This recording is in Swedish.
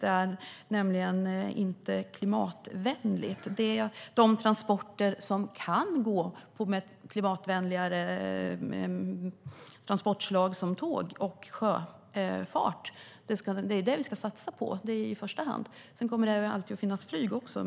Det är nämligen inte klimatvänligt. De transporter som kan gå med klimatvänligare transportslag, som tåg och sjöfart, är det vi ska satsa på i första hand. Sedan kommer det alltid att finnas flyg.